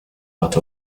but